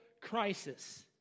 crisis